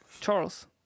Charles